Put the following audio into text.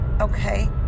Okay